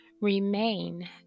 Remain